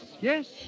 yes